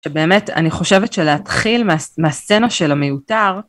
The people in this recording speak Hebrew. שבאמת אני חושבת שלהתחיל מהסצנה של המיותר.